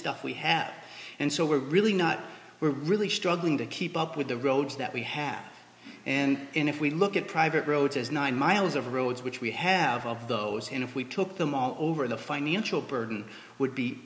stuff we have and so we're really not we're really struggling to keep up with the roads that we have and if we look at private roads as nine miles of roads which we have of those and if we took them all over the financial burden would be